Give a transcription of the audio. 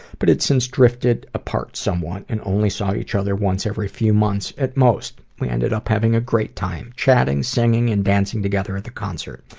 but it's since drifted apart somewhat, and only saw each other once every few months at most. we ended up having a great time, chatting, singing and dancing together at the concert.